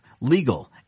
legal